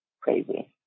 crazy